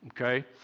Okay